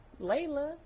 Layla